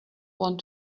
want